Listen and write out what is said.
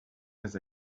has